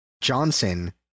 Johnson